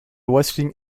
wrestling